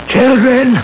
Children